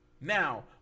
Now